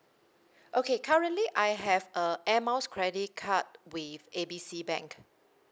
okay currently I have a air miles credit card with A B C bank